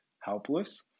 Helpless